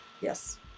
Yes